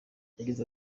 yagize